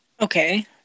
Okay